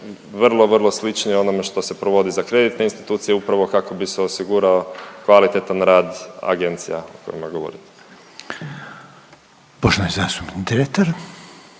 vrlo, vrlo slični onome što se provodi za kreditne institucije upravo kako bi se osigurao kvalitetan rad agencija o kojima govorim. **Reiner, Željko